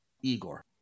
Igor